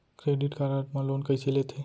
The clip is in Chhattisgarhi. क्रेडिट कारड मा लोन कइसे लेथे?